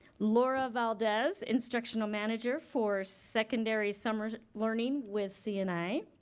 laura valdez, instructional manager for secondary summer learning with cna,